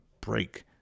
break